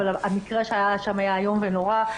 אבל המקרה שהיה שם היה איום ונורא.